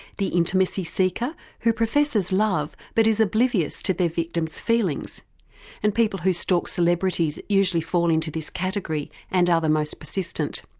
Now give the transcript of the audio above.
the intimacy seeker, who professes love but is oblivious to their victim's feelings and people who stalk celebrities usually fall into this category and are the most persistent.